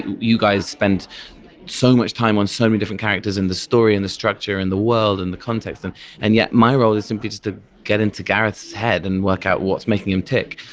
you guys spent so much time on so many different characters in the story and the structure and the world and the context and and yet, my role is simply just to get into gareth's head and work out what's making him tick.